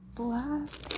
black